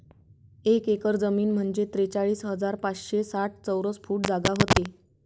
एक एकर जमीन म्हंजे त्रेचाळीस हजार पाचशे साठ चौरस फूट जागा व्हते